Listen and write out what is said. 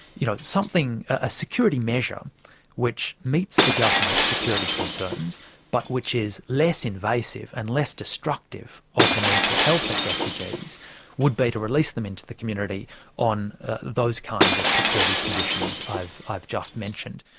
you know, something. a security measure which meets the government's security concerns but which is less invasive and less destructive of the mental health of refugees would be to release them into the community on those kinds of security conditions i've i've just mentioned.